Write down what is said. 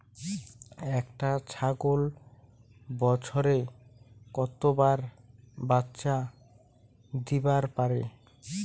একটা ছাগল বছরে কতবার বাচ্চা দিবার পারে?